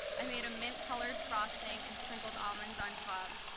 i made a mint colored frosting and sprinkled almonds on top